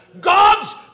God's